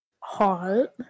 Hot